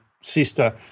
sister